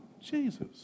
Jesus